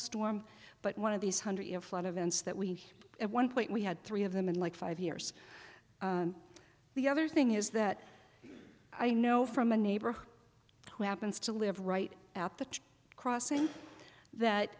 storm but one of these hundred year flood events that we at one point we had three of them in like five years the other thing is that i know from a neighbor who happens to live right at the crossing that